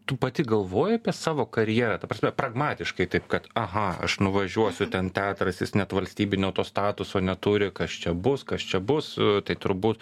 tu pati galvojai apie savo karjerą ta prasme pragmatiškai taip kad aha aš nuvažiuosiu ten teatras jis net valstybinio to statuso neturi kas čia bus kas čia bus tai turbūt